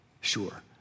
sure